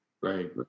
right